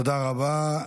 תודה רבה.